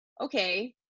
okay